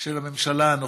של הממשלה הנוכחית.